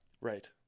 Right